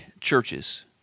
churches